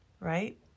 Right